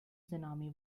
tsunami